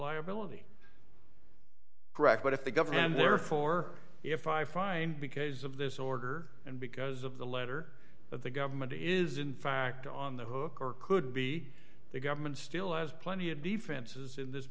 liability correct but if the government and therefore if i find because of this order and because of the letter of the government is in fact on the hook or could be the government still has plenty of defenses in this